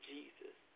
Jesus